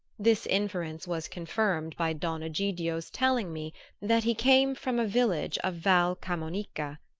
this inference was confirmed by don egidio's telling me that he came from a village of val camonica,